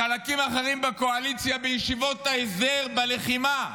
חלקים אחרים בקואליציה, בישיבות ההסדר, בלחימה,